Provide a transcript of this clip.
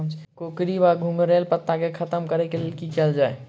कोकरी वा घुंघरैल पत्ता केँ खत्म कऽर लेल की कैल जाय?